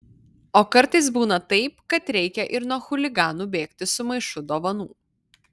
o kartais būna taip kad reikia ir nuo chuliganų bėgti su maišu dovanų